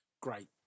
Great